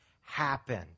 happen